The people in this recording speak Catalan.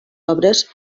obres